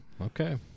Okay